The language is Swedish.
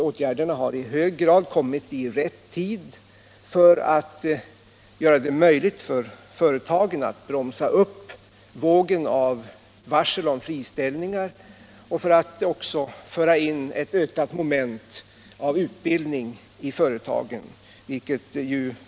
Åtgärderna har i hög grad kommit i rätt tid för att göra det möjligt för företagen att bromsa upp vågen av varsel om friställningar och också föra in ett ökat moment av utbildning i företagen.